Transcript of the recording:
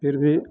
फिर भी